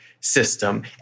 system